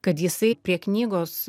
kad jisai prie knygos